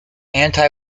anti